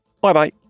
Bye-bye